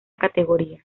categoría